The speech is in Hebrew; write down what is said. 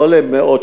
לא למאות,